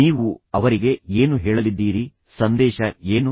ನೀವು ಅವರಿಗೆ ಏನು ಹೇಳಲಿದ್ದೀರಿ ಸಂದೇಶ ಏನು